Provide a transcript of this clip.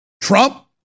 Trump